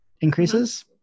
increases